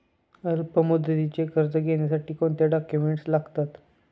अल्पमुदतीचे कर्ज घेण्यासाठी कोणते डॉक्युमेंट्स लागतात?